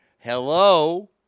Hello